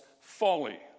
folly